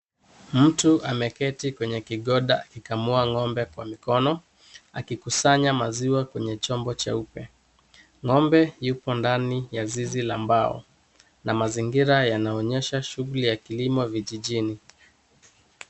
Mtu ameketi kwenye kigoda akikamua ngombe kwa mikono akikusanya maziwa kwenye chombo cheupe. Ngombe yuko ndani ya zizi la mbao na mazingira yanaonyesha shughuli ya kilimo vijijini.